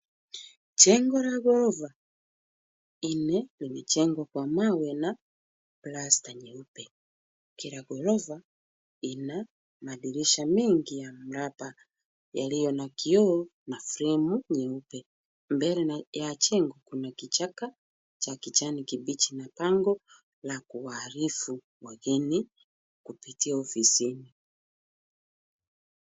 Jengo la ghorofa nne limejengwa kwa mawe na plasta nyeupe. Kila ghorofa ina madirisha mengi ya mraba yaliyo na kioo na fremu nyeupe. Mbele ya jengo kuna kichaka cha kijani kibichi na bango la kuwaarifu wageni kupitia ofisini.